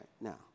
Now